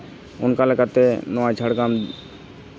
ᱚᱱᱠᱟ ᱞᱮᱠᱟᱛᱮ ᱱᱚᱣᱟ ᱡᱷᱟᱲᱜᱨᱟᱢ